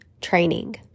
training